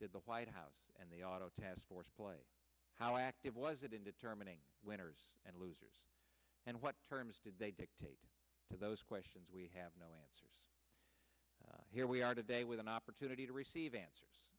did the white house and the auto task force play how active was it in determining winners and losers and what terms did they dictate to those questions we have no answers here we are today with an opportunity to receive answers